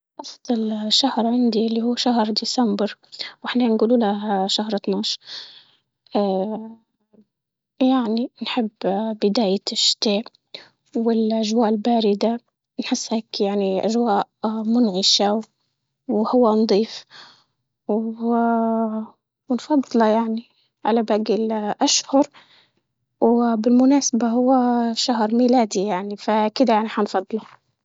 أفضل شهر عندي اللي هو شهر ديسمبر، واحنا نقول له شهر اطنعش. آآ يعني نحب آآ بداية الحكاية والأجواء الباردة، يعني أجواء منعشة وهوا نضيف، وآآ يعني على باقي الأشهر وبالمناسبة هو شهر ميلادي يعني فكده يعني حنفضله.